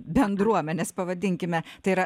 bendruomenės pavadinkime tai yra